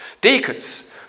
deacons